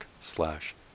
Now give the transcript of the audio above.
slash